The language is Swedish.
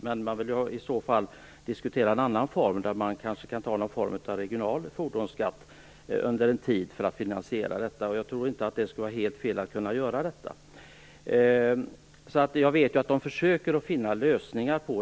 Men de vill i så fall diskutera en annan form, t.ex. någon form av regional fordonsskatt under en tid för att finansiera detta. Jag tror inte att det skulle vara helt fel att göra det. Jag vet alltså att man försöker finna lösningar.